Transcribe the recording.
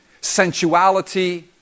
sensuality